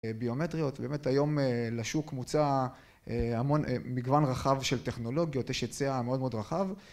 ביומטריות, באמת היום לשוק מוצע המון, מגוון רחב של טכנולוגיות, יש הצע מאוד מאוד רחב